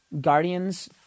Guardians